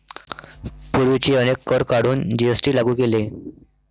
पूर्वीचे अनेक कर काढून जी.एस.टी लागू केले